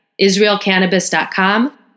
IsraelCannabis.com